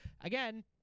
Again